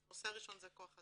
אז נושא ראשון זה כוח אדם,